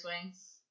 swings